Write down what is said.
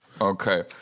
Okay